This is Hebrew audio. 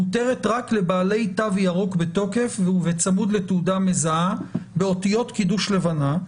מותרת רק לבעלי תו ירוק בתוקף ובצמוד לתעודה מזהה באותיות קידוש לבנה.